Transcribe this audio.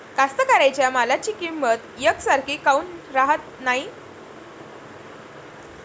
कास्तकाराइच्या मालाची किंमत यकसारखी काऊन राहत नाई?